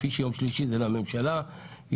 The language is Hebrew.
בדיוק כפי שיום שלישי זה לממשלה ויום